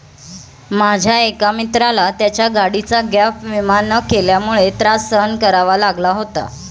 माझ्या एका मित्राला त्याच्या गाडीचा गॅप विमा न केल्यामुळे त्रास सहन करावा लागला होता